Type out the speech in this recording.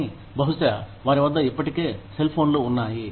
కానీ బహుశా వారి వద్ద ఇప్పటికే సెల్ ఫోన్లు ఉన్నాయి